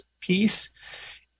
piece